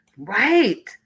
Right